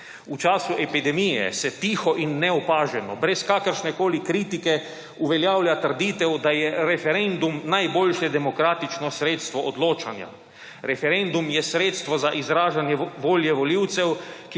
V času epidemije se tiho in neopaženo brez kakršnekoli kritike uveljavlja trditev, da je referendum najboljše demokratično sredstvo odločanja. Referendum je sredstvo za izražanje volje volivcev, ki